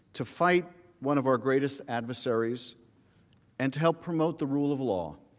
to fight one of our greatest adversaries and to help promote the rule of law.